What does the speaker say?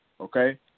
okay